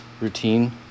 routine